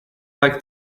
like